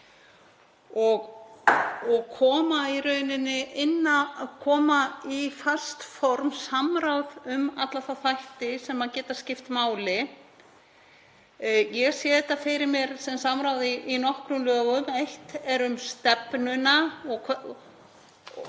styrkja samráðið og koma í fast form samráði um alla þá þætti sem geta skipt máli. Ég sé þetta fyrir mér sem samráð í nokkrum lögum. Eitt er um stefnuna og annað